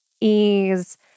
ease